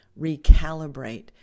recalibrate